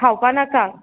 खावपा नाका